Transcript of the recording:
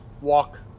walk